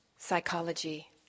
Psychology